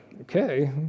okay